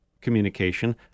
communication